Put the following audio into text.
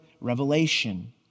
revelation